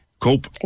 COPE